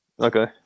Okay